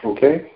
Okay